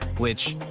which,